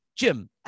Jim